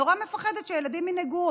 נורא מפחדת שהילדים ינהגו,